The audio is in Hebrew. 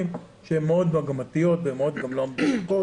שמאוד מגמתיות ומאוד לא אומרות הכל,